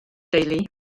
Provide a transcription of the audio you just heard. deulu